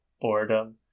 boredom